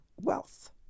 wealth